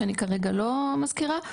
שאני כרגע לא מזכירה,